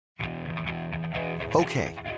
Okay